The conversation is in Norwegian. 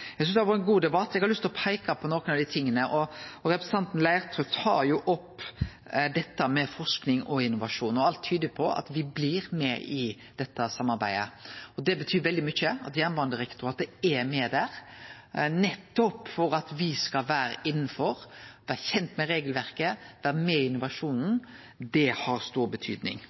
Eg synest det har vore ein god debatt, og eg har lyst til å peike på nokre ting. Representanten Leirtrø tar opp dette med forsking og innovasjon, og alt tyder på at me blir med i dette samarbeidet. Det betyr veldig mykje at Jernbanedirektoratet er med der, nettopp for at me skal vere innanfor, vere kjente med regelverket og vere med i innovasjonen. Det har stor betydning.